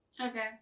Okay